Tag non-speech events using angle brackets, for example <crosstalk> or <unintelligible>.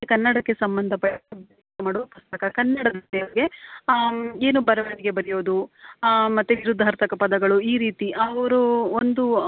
ಕನ್ನಡಕ್ಕೆ ಸಂಬಂಧಪಟ್ಟ <unintelligible> ಮಾಡೋ ಪುಸ್ತಕ ಕನ್ನಡದ ಬಗ್ಗೆ ಏನೋ ಬರವಣಿಗೆ ಬರೆಯೋದು ಮತ್ತೆ ವಿರುದ್ಧಾರ್ಥಕ ಪದಗಳು ಈ ರೀತಿ ಅವರು ಒಂದು